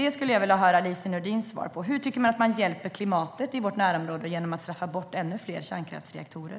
Jag skulle vilja höra Lise Nordins svar på hur man hjälper klimatet i vårt närområde genom att straffa bort ännu fler kärnkraftsreaktorer.